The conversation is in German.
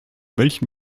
welchen